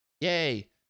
Yay